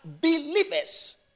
believers